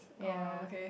ya